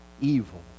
evil